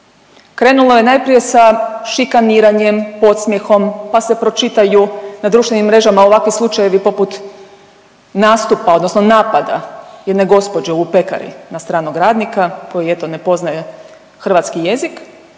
Krenulo je najprije sa šikaniranjem, podsmjehom, pa se pročitaju na društvenim mrežama ovakvi slučajevi poput nastupa, odnosno napada jedne gospođe u pekari na stranog radnika koji eto ne poznaje hrvatski jezik,